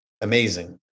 amazing